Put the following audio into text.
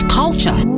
culture